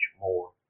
more